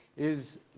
is